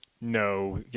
No